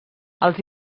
els